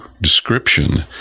description